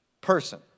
person